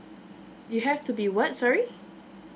you have to be what sorry